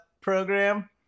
program